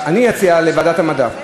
אני אציע, לוועדת המדע.